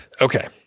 Okay